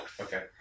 Okay